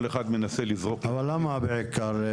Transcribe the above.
כל אחד מנסה לזרוק --- אבל למה בעיקר?